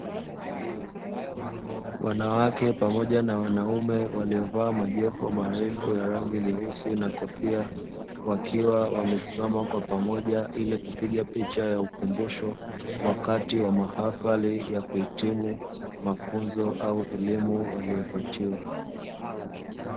Wanawake pamoja na wanaume walio vaa majoho marefu ya rangi nyeusi na kofia, wakiwa wamesimama kwa pamoja ili kupiga picha ya ukumbusho wakati wa mahafali ya kuhitimu mafunzo au elimu walio patiwa.